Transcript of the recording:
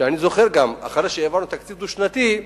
אני זוכר שאחרי שהעברנו תקציב דו-שנתי,